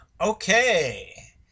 Okay